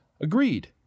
agreed